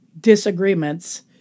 disagreements